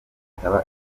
kwitaba